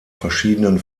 verschiedenen